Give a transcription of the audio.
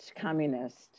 communist